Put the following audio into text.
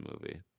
movie